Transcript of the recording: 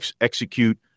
execute